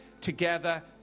together